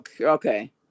okay